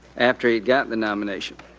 after he got the nomination.